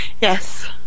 Yes